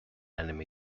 enemy